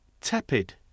Tepid